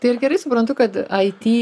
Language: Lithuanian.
tai ar gerai suprantu kad aiti